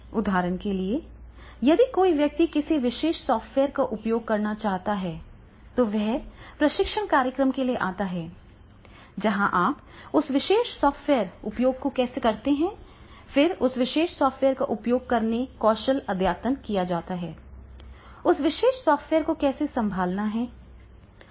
उदाहरण के लिए यदि कोई व्यक्ति किसी विशेष सॉफ़्टवेयर का उपयोग करना चाहता है तो वह एक प्रशिक्षण कार्यक्रम के लिए आता है जहाँ आप उस विशेष सॉफ़्टवेयर का उपयोग कैसे कर सकते हैं और फिर उस विशेष सॉफ़्टवेयर का उपयोग करके कौशल अद्यतन किया जा सकता है उस विशेष सॉफ़्टवेयर को कैसे संभालना है